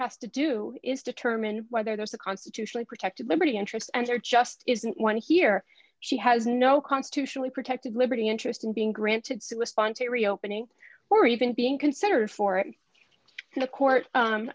has to do is determine whether there's a constitutionally protected liberty interest and there just isn't one here she has no constitutionally protected liberty interest in being granted suicide to reopening or even being considered for it and a court